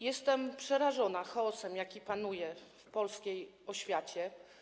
Jestem przerażona chaosem, jaki panuje w polskiej oświacie.